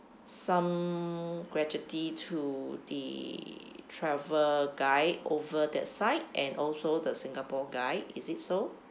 some gratitude to the travel guide over that side and also the singapore guide is it so